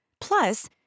Plus